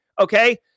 okay